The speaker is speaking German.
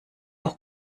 auch